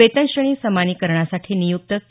वेतनश्रेणी समानीकरणासाठी नियुक्त के